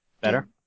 Better